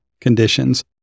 conditions